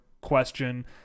question